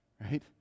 Right